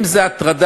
אם זו הטרדה,